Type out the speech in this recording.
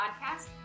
podcast